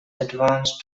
advanced